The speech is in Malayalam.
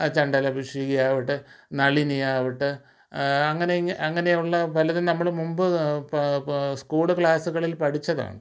ചണ്ഡാലഭിക്ഷുകി ആവട്ടെ നളിനി ആവട്ടെ അങ്ങനെ ഇങ്ങനെ അങ്ങനെ ഉള്ള പലരും നമ്മൾ മുമ്പ് സ്കൂൾ ക്ലാസ്സുകളിൽ പഠിച്ചതാണ്